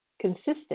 Consistent